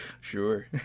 Sure